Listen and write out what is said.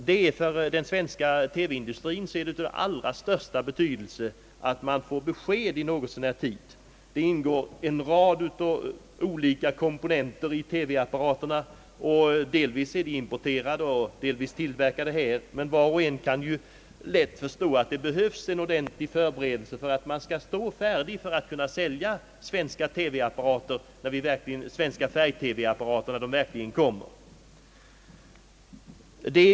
Det är för den svenska TV-industrien av allra största betydelse att få besked i något så när god tid. Färg-TV apparaterna innehåller en rad olika komponenter, som delvis importeras och som delvis kan tillverkas inom landet. Var och en kan lätt förstå att det behövs ordentliga förberedelser för att svensktillverkade apparater skall kunna levereras när färg-TV-programmen verkligen kommer.